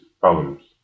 problems